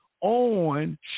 on